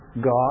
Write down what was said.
God